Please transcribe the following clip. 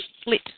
split